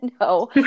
No